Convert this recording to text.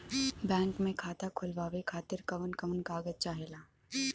Bank मे खाता खोलवावे खातिर कवन कवन कागज चाहेला?